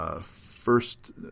first